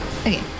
Okay